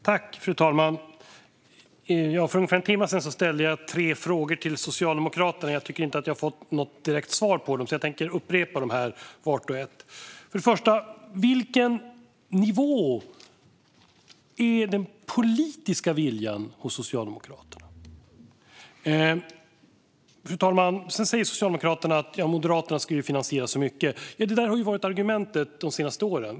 Fru talman! För ungefär en timme sedan ställde jag tre frågor till Socialdemokraterna. Jag tycker inte att jag har fått något direkt svar på dem, så jag tänker upprepa dem här var och en. För det första: På vilken nivå är den politiska viljan hos Socialdemokraterna? Fru talman! Socialdemokraterna säger att Moderaterna ska finansiera så mycket. Det har varit argumentet de senaste åren.